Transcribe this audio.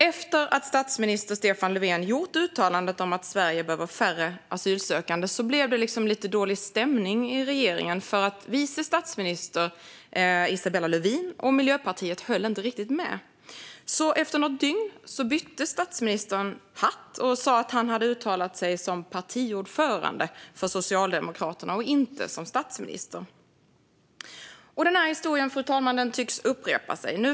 Efter statsminister Stefan Löfvens uttalande om att Sverige behöver färre asylsökande blev det liksom lite dålig stämning i regeringen eftersom vice statsminister Isabella Lövin och Miljöpartiet inte riktigt höll med. Efter något dygn bytte statsministern alltså hatt och sa att han hade uttalat sig som partiordförande för Socialdemokraterna och inte som statsminister. Fru talman! Den här historien tycks upprepa sig.